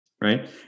right